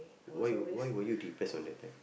why you why were you depressed on that time